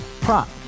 prop